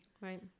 Right